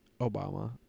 Obama